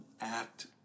act